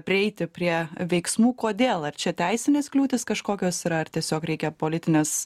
prieiti prie veiksmų kodėl ar čia teisinės kliūtys kažkokios ar tiesiog reikia politinės